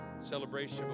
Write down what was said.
celebration